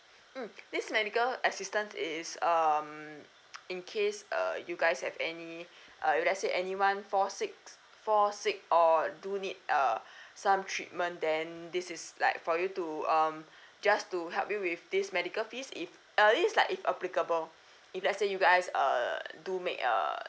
mm this medical assistance is um in case uh you guys have any uh if let's say anyone fall sick fall sick or do need err some treatment then this is like for you to um just to help you with this medical fees if uh this is like if applicable if let's say you guys err do make err